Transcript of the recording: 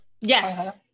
Yes